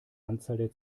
anzahl